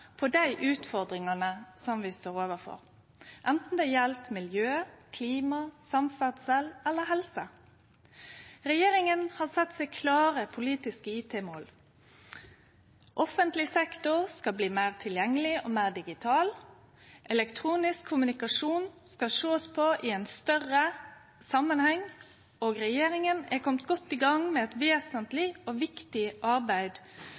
på dei utfordringane som vi står overfor, anten det gjeld miljø, klima, samferdsel eller helse. Regjeringa har sett seg klare politiske IT-mål. Offentleg sektor skal bli meir tilgjengeleg og meir digital. Elektronisk kommunikasjon skal sjåast på i ein større samanheng, og regjeringa er komen godt i gang med eit vesentleg og viktig arbeid